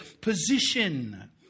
position